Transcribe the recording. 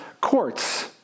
courts